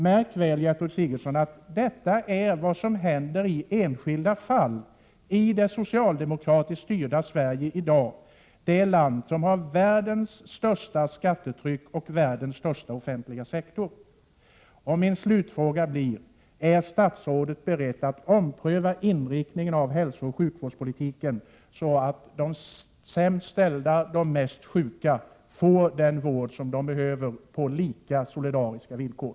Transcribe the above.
Märk väl, Gertrud Sigurdsen: Detta är vad som i dag händer i enskilda fall i det socialdemokratiskt styrda Sverige, det land som har världens största skattetryck och världens största offentliga 41 sektor. Min slutfråga blir: Är statsrådet beredd att ompröva inriktningen av hälsooch sjukvårdspolitiken, så att de sämst ställda och de mest sjuka får den vård de behöver, på lika och solidariska villkor?